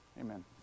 Amen